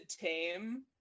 tame